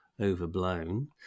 overblown